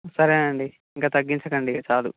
సరే అండి ఇంక తగ్గించకండి ఇక చాలు